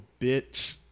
bitch